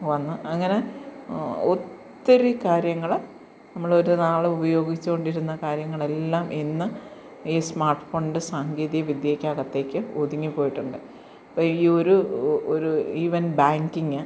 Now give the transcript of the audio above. വന്ന് അങ്ങനെ ഒത്തിരി കാര്യങ്ങൾ നമ്മളൊരുനാളുപയോഗിച്ചു കൊണ്ടിരുന്ന കാര്യങ്ങളെല്ലാം ഇന്ന് ഈ സ്മാർട്ട് ഫോണിൻ്റെ സാങ്കേതിക വിദ്യക്കകത്തേക്ക് ഒതുങ്ങി പോയിട്ടുണ്ട് ഇപ്പോൾ ഈ ഒരു ഒരു ഈവൺ ബാങ്കിങ്